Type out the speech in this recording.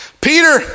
Peter